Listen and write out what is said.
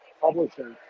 Publishing